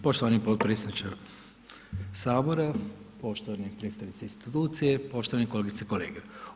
Poštovani potpredsjedniče Sabora, poštovani predstavnici institucije, poštovane kolegice i kolege.